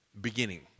beginning